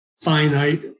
finite